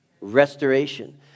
Restoration